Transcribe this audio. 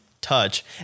touch